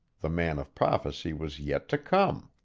the man of prophecy was yet to come.